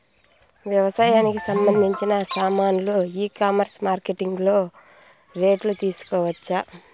వ్యవసాయానికి సంబంధించిన సామాన్లు ఈ కామర్స్ మార్కెటింగ్ లో రేట్లు తెలుసుకోవచ్చా?